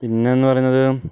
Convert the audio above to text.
പിന്നെ എന്ന് പറയുന്നത്